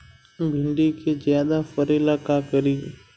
भिंडी के ज्यादा फरेला का करी?